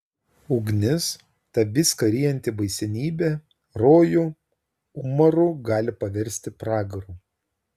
ugnis ta viską ryjanti baisenybė rojų umaru gali paversti pragaru